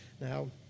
Now